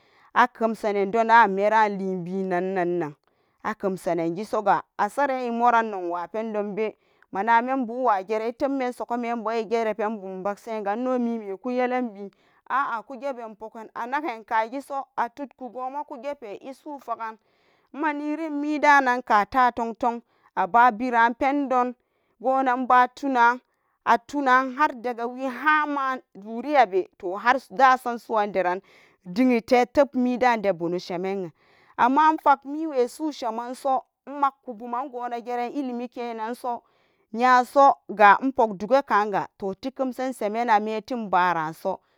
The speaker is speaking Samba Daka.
Akemsane donan amera libenan nan akemsanangi so ga asaran immoran no wapen don be mana mambu ibawa geran itapmenbu sukumetibu exegren apen bum back shinan innomime ko yellenben a a kugenpagan ananka genso atud ku gun ko gepe isu pagan emma nyenan ka ta ton ton ababiran pendon gunan batona atona har da'ga we har manzun yalwe to har dasanso ran deran din nyen te temmidann de bunutura shimenen amman melweso shemen so nmakubuman gona geren ilimi kennan so nya so ga inpuk doga kan ga tikem sen shemen ametin ban so.